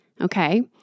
Okay